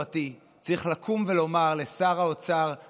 צריך לקום ולומר לשר האוצר הגזען